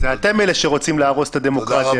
זה אתם אלה שרוצים להרוס את הדמוקרטיה.